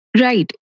Right